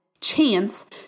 chance